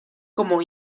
como